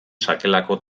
sakelako